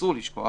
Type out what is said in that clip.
אסור לשכוח,